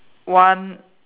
one